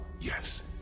Yes